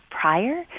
prior